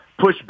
pushback